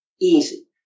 easy